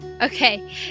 Okay